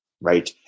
Right